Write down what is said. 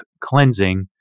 cleansing